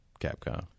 Capcom